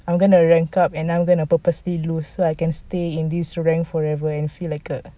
I'm gonna rank up and I'm gonna purposely lose so that I can stay in this rank forever and feel like a